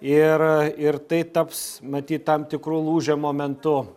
ir ir tai taps matyt tam tikru lūžio momentu